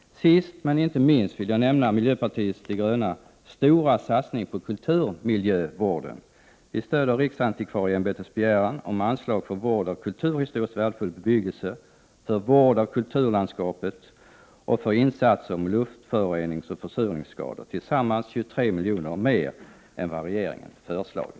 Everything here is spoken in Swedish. Sist men inte minst vill jag nämna den stora satsning som vi i miljöpartiet de gröna har gjort på kulturmiljövården. Vi stöder riksantikvarieämbetets begäran om anslag för vård av kulturhistoriskt värdefull bebyggelse, för vård av kulturlandskapet och för insatser mot luftföroreningsoch försurningsskador, totalt 23 miljoner mer än vad regeringen har föreslagit.